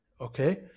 Okay